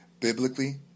biblically